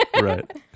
Right